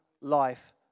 life